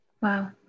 Wow